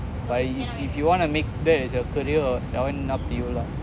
but you see if you want to make that is your career that one up to you lah